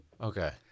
Okay